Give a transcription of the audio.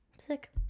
sick